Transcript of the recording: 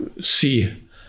See